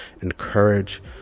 Encourage